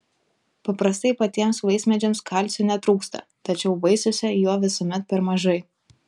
paprastai patiems vaismedžiams kalcio netrūksta tačiau vaisiuose jo visuomet per mažai